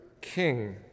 king